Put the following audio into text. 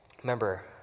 Remember